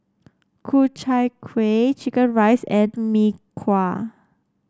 Ku Chai Kueh chicken rice and Mee Kuah